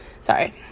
sorry